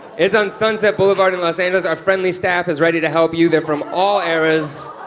it's on sunset boulevard in los angeles. our friendly staff is ready to help you. they're from all eras,